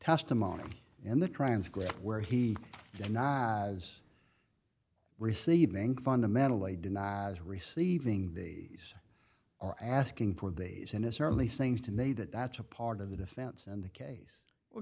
testimony in the transcript where he denies receiving fundamentally denies receiving the are asking for days and it certainly seems to me that that's a part of the defense and the case